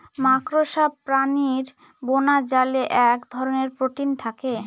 মাকড়সা প্রাণীর বোনাজালে এক ধরনের প্রোটিন থাকে